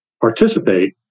participate